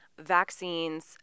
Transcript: vaccines